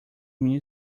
minha